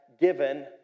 given